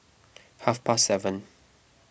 half past seven